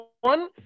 one